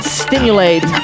stimulate